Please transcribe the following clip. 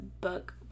book